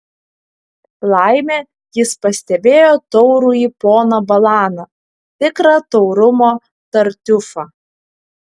laimė jis pastebėjo taurųjį poną balaną tikrą taurumo tartiufą